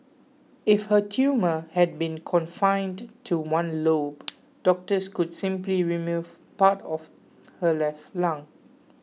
if her tumour had been confined to one lobe doctors could simply remove part of her left lung